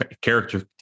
character